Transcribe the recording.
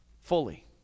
fully